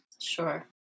Sure